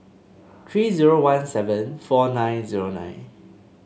three zero one seven four nine zero nine